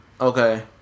Okay